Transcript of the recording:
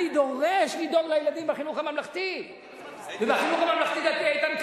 אני דורש לדאוג לילדים בחינוך הממלכתי ובחינוך הממלכתי-דתי.